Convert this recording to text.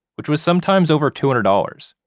which was sometimes over two hundred dollars.